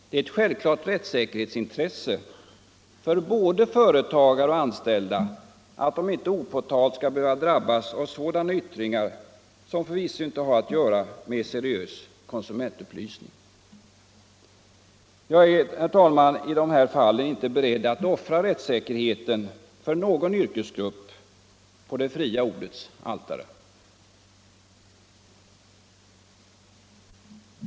Det är ett självklart rättssäkerhetsintresse för både företag och anställda att de inte opåtalt skall behöva drabbas av sådana yttringar som förvisso intet har att göra med en seriös konsumentupplysning. Jag är i dessa fall, herr talman, inte beredd att offra rättssäkerheten för någon yrkesgrupp på det fria ordets altare.